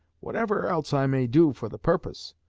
whatever else i may do for the purpose,